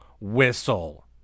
whistle